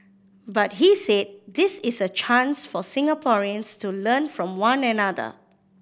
but he said this is a chance for Singaporeans to learn from one another